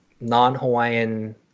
non-Hawaiian